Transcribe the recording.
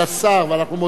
ואנחנו מודים לו על כך,